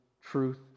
truth